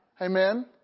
Amen